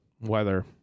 weather